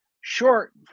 short